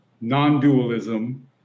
non-dualism